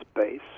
base